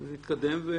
אנחנו לא מסכימים.